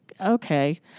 okay